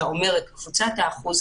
אלא אומר את קבוצת האחוז,